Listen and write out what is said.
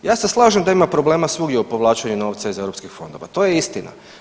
Ja se slažem da ima problema svugdje u povlačenju novca iz EU fondova, to je istina.